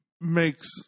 makes